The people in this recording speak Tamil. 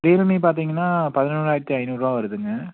ரியல்மி பார்த்திங்கன்னா பதினொன்றாயிரத்தி ஐந்நூறுரூவா வருதுங்க